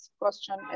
question